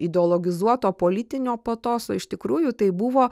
ideologizuoto politinio patoso iš tikrųjų tai buvo